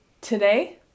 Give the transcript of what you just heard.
Today